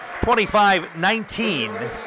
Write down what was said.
25-19